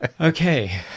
Okay